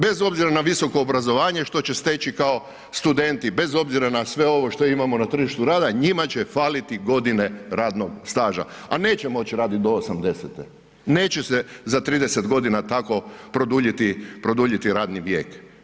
Bez obzora na visoko obrazovanje što će steći kao studenti, bez obzira na sve ovo što imamo na tržištu rada, njima će faliti godine radnog staža a neće moći raditi do 80-te, neće se za 30 g. tako produljiti radni vijek.